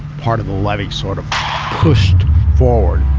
part of the levee sort of pushed forward.